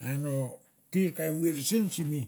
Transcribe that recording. an o tir ka i muir sen simi.